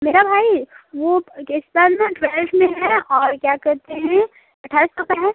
मेरा भाई वो इस साल ना ट्वेल्थ में है और क्या करते हैं अट्ठाइस सौ के हैं